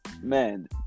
Man